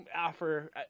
offer